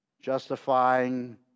Justifying